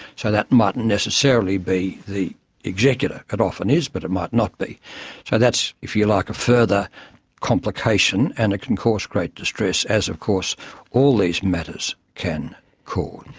so that mightn't necessarily be the executor. it often is, but it might not be. so that's, if you like, a further complication and it can cause great distress, as of course all these matters can cause.